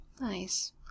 Nice